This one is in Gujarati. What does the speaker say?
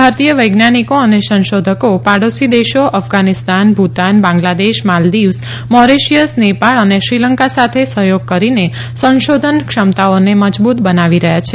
ભારતીય વૈજ્ઞાનિકો અને સંશોધકો પાડોશી દેશો અફઘાનિસ્તાન ભૂતાન બાંગ્લાદેશ માલદીવ્સ મોરેશિયસ નેપાળ અને શ્રીલંકા સાથે સહયોગ કરીને સંશોધન ક્ષમતાઓને મજબૂત બનાવી રહ્યા છે